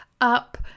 up